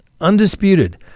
undisputed